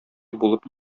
булып